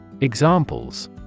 Examples